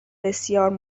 بسیار